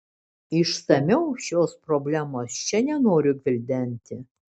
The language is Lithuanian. išsamiau šios problemos čia nenoriu gvildenti